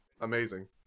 Amazing